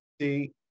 See